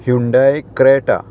Hyundai Creta